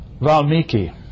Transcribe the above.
Valmiki